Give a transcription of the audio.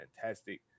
fantastic